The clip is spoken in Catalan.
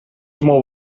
molt